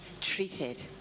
treated